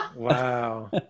Wow